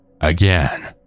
Again